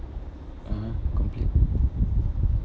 (uh huh) complete